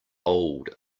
old